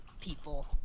people